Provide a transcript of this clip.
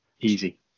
Easy